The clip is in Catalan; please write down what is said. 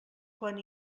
quan